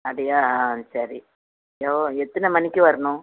அப்படியா ஆ சரி எவ் எத்தனை மணிக்கு வரணும்